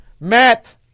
Matt